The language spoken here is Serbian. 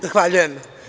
Zahvaljujem.